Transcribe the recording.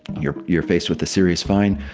you're you're faced with a serious fine,